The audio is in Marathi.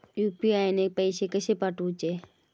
यू.पी.आय ने पैशे कशे पाठवूचे?